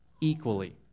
equally